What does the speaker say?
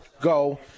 go